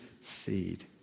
seed